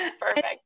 perfect